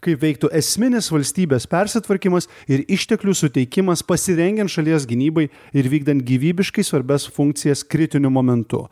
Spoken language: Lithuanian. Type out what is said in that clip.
kaip veiktų esminis valstybės persitvarkymas ir išteklių suteikimas pasirengiant šalies gynybai ir vykdant gyvybiškai svarbias funkcijas kritiniu momentu